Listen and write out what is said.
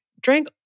drank